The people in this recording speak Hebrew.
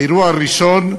האירוע הראשון,